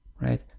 right